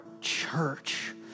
church